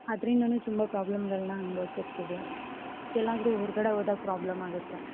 ಅದ್ರಿಂದ ತುಂಬ ಪ್ರಾಬ್ಲಮ್ಗಳ್ನ ಅನ್ಬೋಸಿರ್ತೀವಿ ಎಲ್ಲಾದ್ರು ಹೊರಗಡೆ ಹೋದಾಗ ಪ್ರಾಬ್ಲಮ್ ಆಗುತ್ತೆ